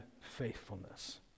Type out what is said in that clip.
faithfulness